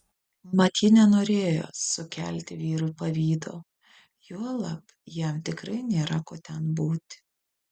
mat ji nenorėjo sukelti vyrui pavydo juolab jam tikrai nėra ko ten būti